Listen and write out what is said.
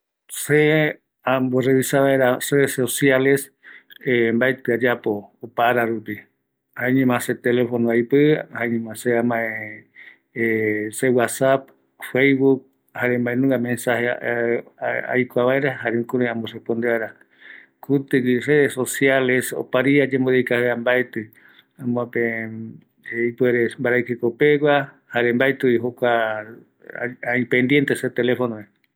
Se amae vaera vaera se redes socilales re mbaetɨ amaëmbate, se jaeñoma ämaë de whatsap re, misipëgua, oïmera anoi ñeekuatia separavɨkɨ ïrüreta gui ouva